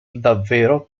davvero